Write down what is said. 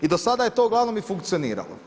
I do sada je to uglavnom funkcioniralo.